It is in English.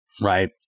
right